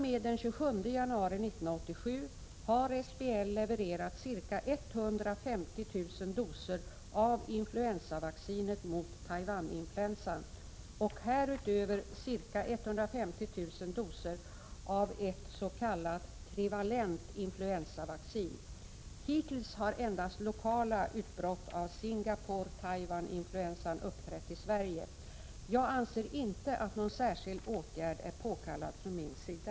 m. den 27 januari 1987 har SBL levererat ca 150-000 doser av influensavaccinet mot Taiwaninfluensan och härutöver ca 150 000 doser av ett s.k. trivalent influensavaccin. Hittills har endast lokala utbrott av Singapore/Taiwan-influensan uppträtt i Sverige. Jag anser inte att någon särskild åtgärd är påkallad från min sida.